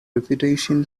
reputation